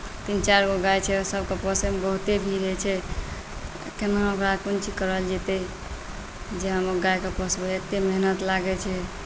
तीन चारि गो गाए छै सभकेँ पोसयमे बहुत भीड़ होइत छै केना ओकरा कोन चीज कयल जेतै जे हम गाएकेँ पोसबै एतेक मेहनत लागैत छै